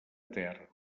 ter